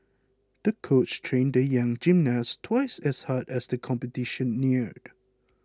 the coach trained the young gymnast twice as hard as the competition neared